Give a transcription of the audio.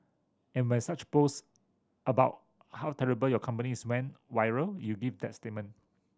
and when such post about how terrible your company is went viral you gave that statement